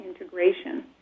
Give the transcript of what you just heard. integration